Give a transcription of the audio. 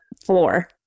floor